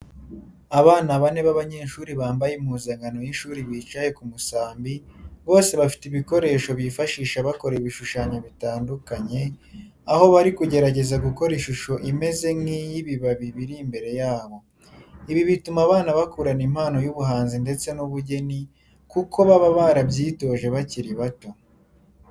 Abana bane b'abanyeshuri bambaye impuzankano y'ishuri bicaye ku musambi, bose bafite ibikoresho bifashisha bakora ibishushanyo bitandukanye, aho bari kugerageza gukora ishusho imeze nk'iy'ibibabi biri imbere yabo. Ibi bituma abana bakurana impano y'ubuhanzi ndetse n'ubugeni kuko baba barabyitoje bakiri bato.